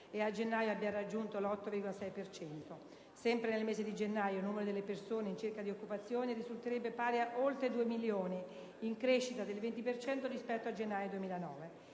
e a gennaio abbia raggiunto l'8,6 per cento. Sempre nel mese di gennaio, il numero delle persone in cerca di occupazione risulterebbe pari a oltre 2 milioni, in crescita del 20 per cento rispetto a gennaio 2009.